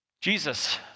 Jesus